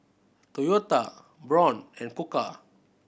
Toyota Braun and Koka